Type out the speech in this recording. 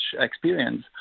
experience